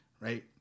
Right